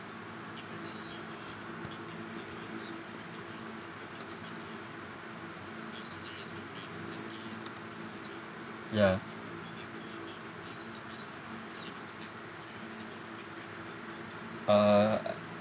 ya uh